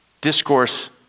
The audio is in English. discourse